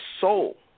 soul